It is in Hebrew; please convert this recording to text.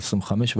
על ה-25,